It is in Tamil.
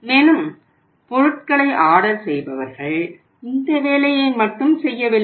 மேலும் பொருட்களை ஆர்டர் செய்பவர்கள் இந்த வேலையை மட்டும் செய்யவில்லை